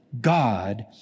God